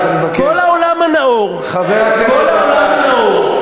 כל העולם הנאור, כל העולם הנאור,